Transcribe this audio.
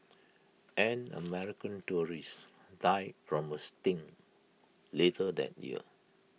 an American tourist died from A sting later that year